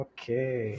Okay